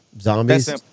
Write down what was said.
Zombies